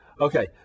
Okay